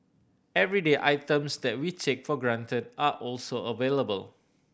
everyday items that we take for granted are also available